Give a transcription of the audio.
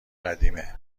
قدیمه